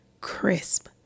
crisp